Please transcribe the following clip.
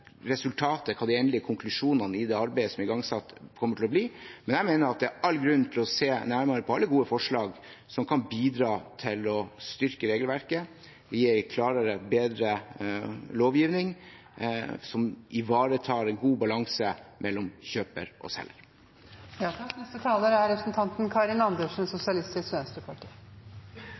resultatet, hva de endelige konklusjonene i det arbeidet som er igangsatt, kommer til å bli, men jeg mener det er all grunn til å se nærmere på alle gode forslag som kan bidra til å styrke regelverket, gi en klarere og bedre lovgivning, som ivaretar en god balanse mellom kjøper og selger. Jeg er